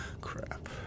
Crap